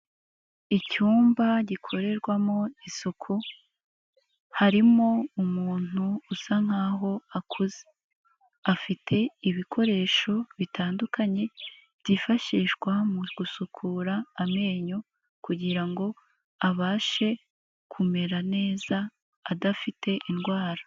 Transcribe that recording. Icyumba gikorerwamo isuku, harimo umuntu usa nk'aho akuze, afite ibikoresho bitandukanye byifashishwa mu gusukura amenyo kugira ngo abashe kumera neza adafite indwara.